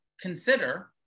consider